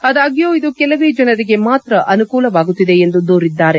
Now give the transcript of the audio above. ಆದಾಗ್ಗೂ ಇದು ಕೆಲವೇ ಜನರಿಗೆ ಮಾತ್ರ ಅನುಕೂಲವಾಗುತ್ತಿದೆ ಎಂದು ದೂರಿದ್ದಾರೆ